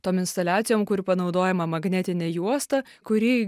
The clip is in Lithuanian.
tom instaliacijom kur panaudojama magnetinė juosta kuri